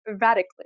radically